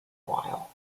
while